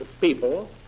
people